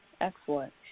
excellent